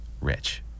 Rich